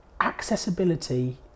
accessibility